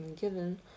given